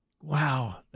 Wow